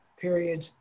periods